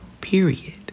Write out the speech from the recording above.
period